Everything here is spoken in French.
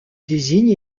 désigne